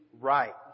Right